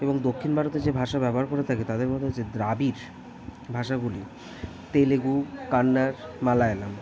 এবং দক্ষিণ ভারতে যে ভাষা ব্যবহার করে থাকে তাদের মধ্যে হচ্ছে দ্রাবিড় ভাষাগুলি তেলেগু কান্নাড় মালয়ালাম